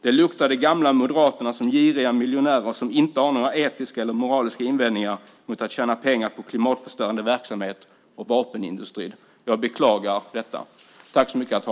Det luktar de gamla moderaterna som giriga miljonärer som inte har några etiska eller moraliska invändningar mot att tjäna pengar på klimatförstörande verksamhet och vapenindustri. Jag beklagar detta.